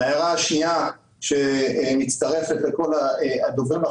ההערה השנייה מצטרפת לכל הדוברים.